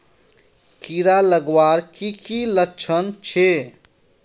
कीड़ा लगवार की की लक्षण छे?